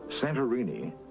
Santorini